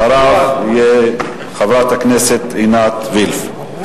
אחריו תהיה חברת הכנסת עינת וילף.